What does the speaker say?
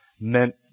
meant